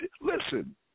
listen